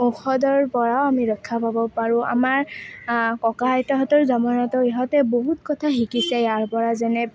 ঔষধৰ পৰা আমি ৰক্ষা পাব পাৰোঁ আমাৰ ককা আইতাহঁতৰ জামানাতে ইহঁতে বহুত কথা শিকিছে ইয়াৰ পৰা যেনে